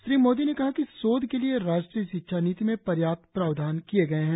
श्री मोदी ने कहा कि शोध के लिए राष्ट्रीय शिक्षा नीति में पर्याप्त प्रावधान किए गए है